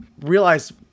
realize